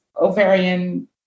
ovarian